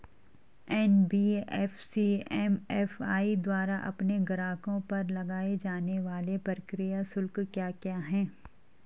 NBFC MFI द्वारा अपने ग्राहकों पर लगाए जाने वाले प्रक्रिया शुल्क क्या क्या हैं?